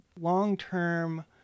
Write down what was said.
long-term